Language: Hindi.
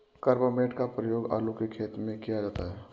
कार्बामेट का प्रयोग आलू के खेत में किया जाता है